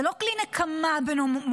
זה לא כלי נקמה במונופולים,